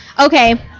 okay